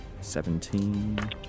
seventeen